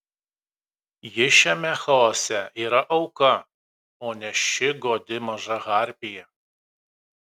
ji šiame chaose yra auka o ne ši godi maža harpija